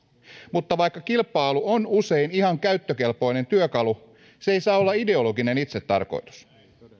mutta vaikka kilpailu on usein ihan käyttökelpoinen työkalu se ei saa olla ideologinen itsetarkoitus